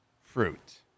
fruit